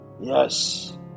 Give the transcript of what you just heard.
Yes